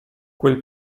quel